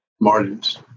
margins